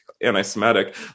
anti-Semitic